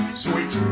sweet